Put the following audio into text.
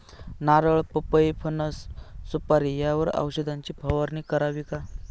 नारळ, पपई, फणस, सुपारी यावर औषधाची फवारणी करावी का?